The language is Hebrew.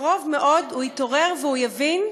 בקרוב מאוד הוא יתעורר, והוא יבין,